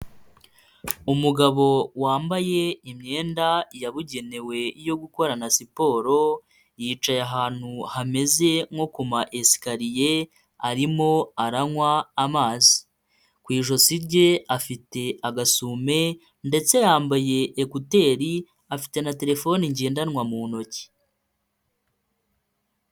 Umugabo wambaye imyenda yabugenewe yo gukorana siporo, yicaye ahantu hameze nko ku ma esikariye arimo aranywa amazi, ku ijosi rye afite agasume, ndetse yambaye ekuteri afite na terefone ngendanwa mu ntoki.